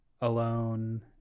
alone